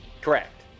Correct